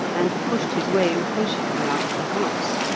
and pushed his way impatiently out of the house.